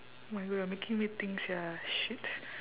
oh my god you're making me think sia shit